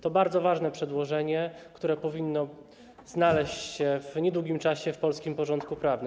To bardzo ważne przedłożenie, które powinno znaleźć się w niedługim czasie w polskim porządku prawnym.